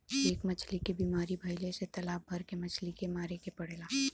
एक मछली के बीमारी भइले से तालाब भर के मछली के मारे के पड़ेला